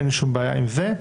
אין לי שום בעיה עם זה.